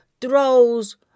throws